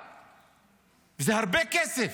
וזה הרבה כסף,